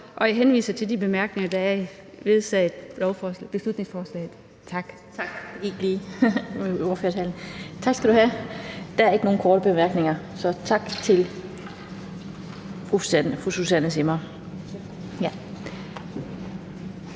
og jeg henviser til de bemærkninger, der ledsager beslutningsforslaget. Tak.